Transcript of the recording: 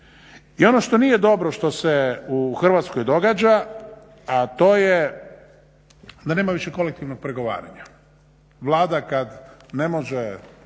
I ono što nije dobro što se u Hrvatskoj događa, a to je da nema više kolektivnog pregovaranja. Vlada kad ne može